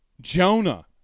Jonah